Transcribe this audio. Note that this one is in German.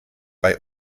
bei